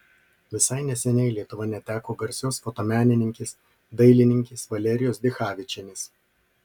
visai neseniai lietuva neteko garsios fotomenininkės dailininkės valerijos dichavičienės